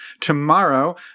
tomorrow